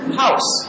house